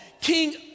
King